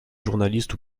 journaliste